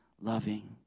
loving